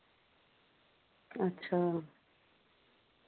अच्छा